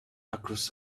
across